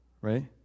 right